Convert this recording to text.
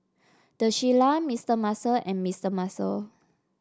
The Shilla Mister Muscle and Mister Muscle